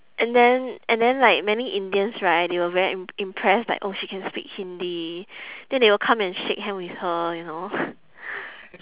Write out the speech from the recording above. and then and then like many indians right they were very im~ impressed like oh she can speak hindi then they will come and shake hand with her you know